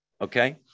Okay